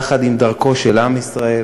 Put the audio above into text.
יחד עם דרכו של עם ישראל.